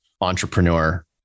entrepreneur